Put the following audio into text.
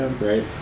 right